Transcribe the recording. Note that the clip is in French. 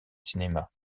cinéma